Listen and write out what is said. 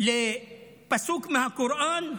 לפסוק מהקוראן,